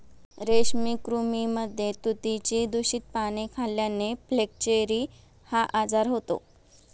रेशमी कृमींमध्ये तुतीची दूषित पाने खाल्ल्याने फ्लेचेरी हा आजार होतो